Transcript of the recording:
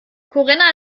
corinna